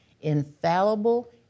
infallible